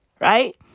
right